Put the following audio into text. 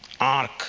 ark